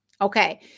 Okay